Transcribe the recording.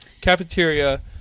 cafeteria